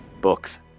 books